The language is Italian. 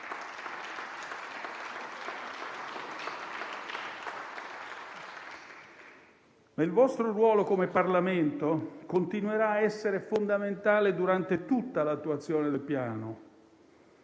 Il vostro ruolo come Parlamento continuerà a essere fondamentale durante tutta l'attuazione del piano.